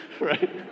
right